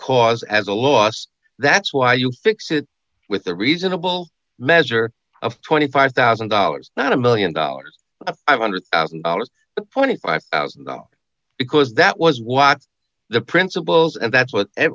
cause as a loss that's why you fix it with a reasonable measure of twenty five thousand dollars not a one million dollars a five hundred thousand dollars twenty five thousand dollars because that was what the principals and that's what